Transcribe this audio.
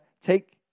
Take